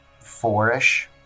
Fourish